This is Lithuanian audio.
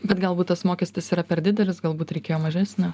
bet galbūt tas mokestis yra per didelis galbūt reikėjo mažesnio